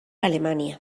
alemania